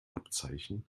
abzeichen